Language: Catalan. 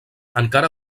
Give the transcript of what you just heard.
encara